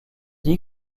dit